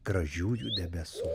gražiųjų debesų